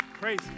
praise